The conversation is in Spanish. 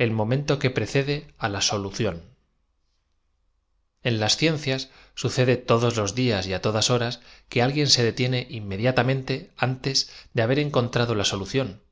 momento que precede d la solución en las ciencias sucede todos los días y á todas ho ras que alguien se detiene inmediatamente antes de haber encontrado la solución